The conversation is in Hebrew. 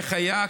איך היה,